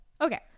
Okay